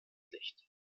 licht